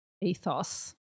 ethos